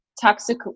toxic